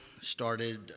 started